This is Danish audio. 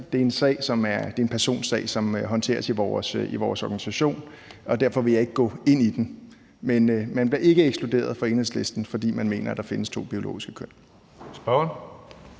Det er en personsag, som håndteres i vores organisation, og derfor vil jeg ikke gå ind i den. Men man bliver ikke ekskluderet fra Enhedslisten, fordi man mener, at der findes to biologiske køn. Kl.